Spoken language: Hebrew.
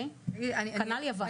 כנ"ל יוון.